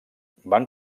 van